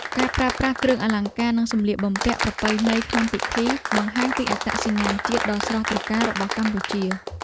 ការប្រើប្រាស់គ្រឿងអលង្ការ និងសម្លៀកបំពាក់ប្រពៃណីក្នុងពិធី បង្ហាញពីអត្តសញ្ញាណជាតិដ៏ស្រស់ត្រកាលរបស់កម្ពុជា។